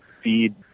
feed